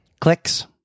Clicks